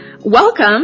Welcome